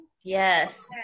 Yes